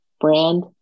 brand